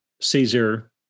Caesar